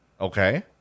Okay